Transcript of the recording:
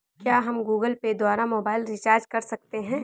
क्या हम Google Pay द्वारा मोबाइल रिचार्ज कर सकते हैं?